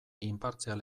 inpartzial